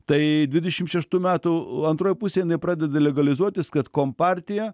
tai dvidešim šeštų metų antroj pusėj pradeda legalizuotis kad kompartija